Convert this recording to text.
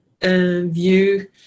view